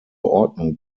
ordnung